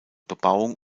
bebauung